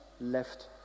left